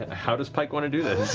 and how does pike want to do this?